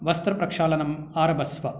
वस्त्रप्रक्षालनम् आरभस्व